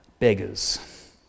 Beggars